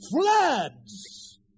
floods